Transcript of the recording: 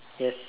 yes